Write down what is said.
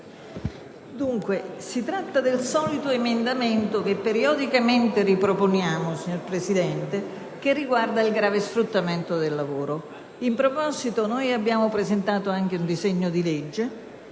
in realtà il solito emendamento, che periodicamente riproponiamo, che riguarda il grave sfruttamento del lavoro. In proposito abbiamo presentato anche un disegno di legge